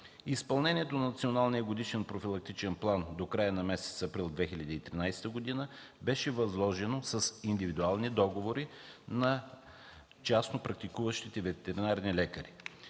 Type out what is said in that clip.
план до края на месец април 2013 г. беше възложено с индивидуални договори на частно практикуващите ветеринарни лекари.